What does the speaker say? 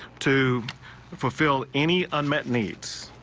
to fulfill any unmet needs.